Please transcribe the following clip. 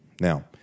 Now